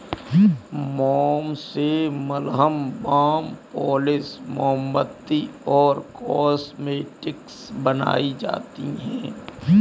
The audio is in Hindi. मोम से मलहम, बाम, पॉलिश, मोमबत्ती और कॉस्मेटिक्स बनाई जाती है